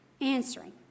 answering